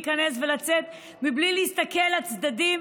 כך שהם יוכלו להיכנס ולצאת בלי להסתכל לצדדים.